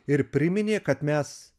ir priminė kad mes